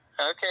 Okay